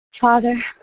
Father